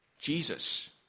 Jesus